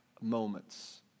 moments